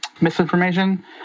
misinformation